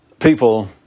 people